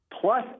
plus